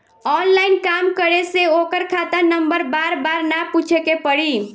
online काम करे से ओकर खाता नंबर बार बार ना पूछे के पड़ी